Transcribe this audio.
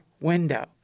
window